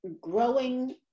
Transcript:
growing